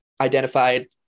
identified –